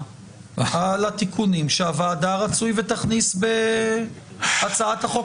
על התיקונים שהוועדה רצוי ותכניס בהצעת החוק,